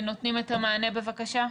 לצורך הדוגמא?